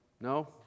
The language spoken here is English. No